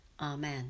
Amen